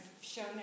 shown